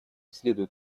следует